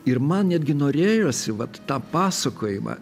ir man netgi norėjosi vat tą pasakojimą